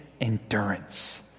endurance